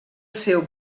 seu